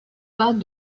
pas